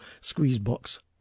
Squeezebox